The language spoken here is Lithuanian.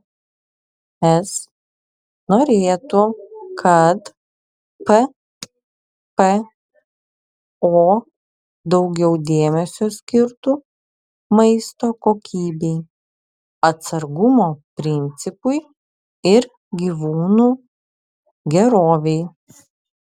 es norėtų kad ppo daugiau dėmesio skirtų maisto kokybei atsargumo principui ir gyvūnų gerovei